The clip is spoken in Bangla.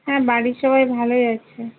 হ্যাঁ বাড়ির সবাই ভালোই আছে